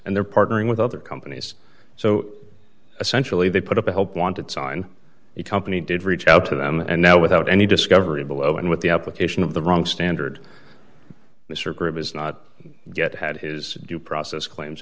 and they're partnering with other companies so essentially they put up a help wanted sign it company did reach out to them and now without any discovery below and with the application of the wrong standard mr group is not yet had his due process claims